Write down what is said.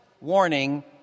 warning